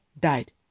died